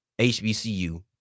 HBCU